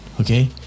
Okay